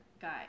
guy